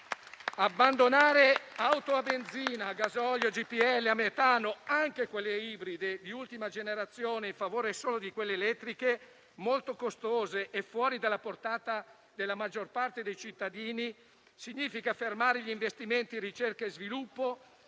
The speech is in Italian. Abbandonare auto a benzina, a gasolio, a GPL, a metano, anche quelle ibride di ultima generazione, in favore solo di quelle elettriche, molto costose e fuori dalla portata della maggior parte dei cittadini, significa fermare gli investimenti in ricerca e sviluppo,